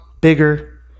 bigger